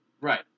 Right